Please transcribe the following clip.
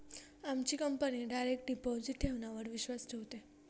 आमची company direct deposit ठेवण्यावर विश्वास ठेवते